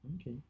Okay